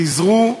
חזרו לתנ"ך.